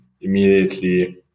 immediately